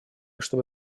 чтобы